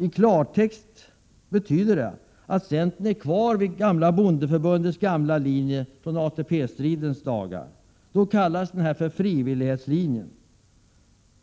I klartext betyder det att centern håller fast vid bondeförbundets gamla linje från ATP-stridens dagar. Då kallades den frivilliglinjen!